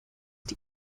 die